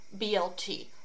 BLT